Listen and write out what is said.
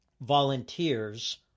volunteers